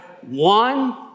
One